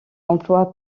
emploie